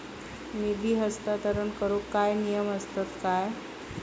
निधी हस्तांतरण करूक काय नियम असतत काय?